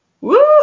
Woo